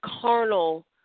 carnal